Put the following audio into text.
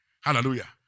Hallelujah